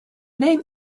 name